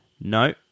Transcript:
No